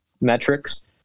metrics